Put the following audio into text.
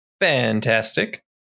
Fantastic